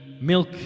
milk